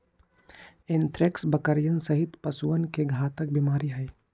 anthrax बकरियन सहित पशुअन के घातक बीमारी हई